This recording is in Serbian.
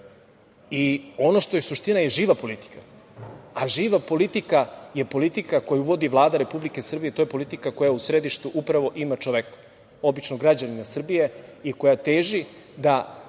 i ono što je suština i živa politika, a živa politika je politika koju vodi Vlada Republike Srbije, to je politika koja u središtu upravo ima čoveka, običnog građanina Srbije i koja teži da